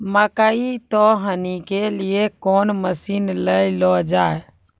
मकई तो हनी के लिए कौन मसीन ले लो जाए?